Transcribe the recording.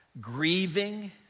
grieving